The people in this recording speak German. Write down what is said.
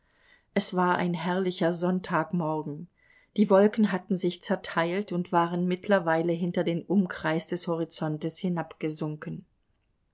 es war ein herrlicher sonntagmorgen die wolken hatten sich zerteilt und waren mittlerweile hinter den umkreis des horizontes